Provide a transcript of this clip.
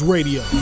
Radio